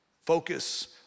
Focus